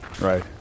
Right